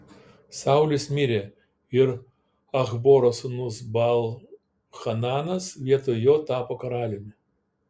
saulius mirė ir achboro sūnus baal hananas vietoj jo tapo karaliumi